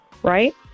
right